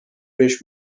beş